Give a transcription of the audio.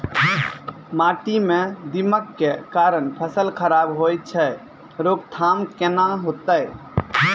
माटी म दीमक के कारण फसल खराब होय छै, रोकथाम केना होतै?